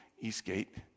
Eastgate